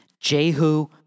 Jehu